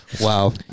Wow